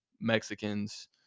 Mexicans